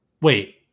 wait